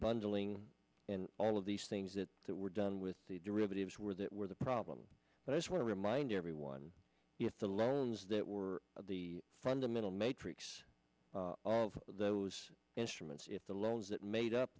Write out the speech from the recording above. bundling and all of these things that that were done with the derivatives were that were the problem but i just want to remind everyone if the loans that were the fundamental matrix all of those instruments if the loans that made up